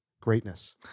greatness